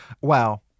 Wow